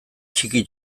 txiki